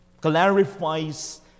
clarifies